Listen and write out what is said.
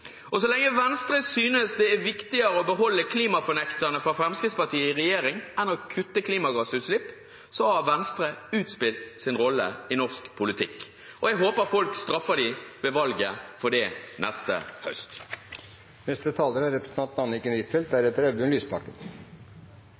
Og så lenge Venstre synes det er viktigere å beholde klimafornekterne fra Fremskrittspartiet i regjering enn å kutte klimagassutslipp, så har Venstre utspilt sin rolle i norsk politikk. Jeg håper folk straffer dem for det ved valget neste høst.